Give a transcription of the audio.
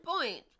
point